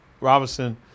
Robinson